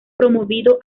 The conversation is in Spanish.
promovido